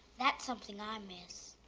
that's something i miss.